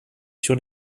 sur